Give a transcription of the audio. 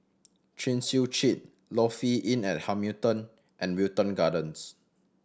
Chin Chew Street Lofi Inn at Hamilton and Wilton Gardens